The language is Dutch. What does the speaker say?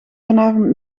vanavond